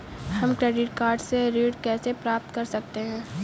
हम credit card से ऋण कैसे प्राप्त कर सकते हैं?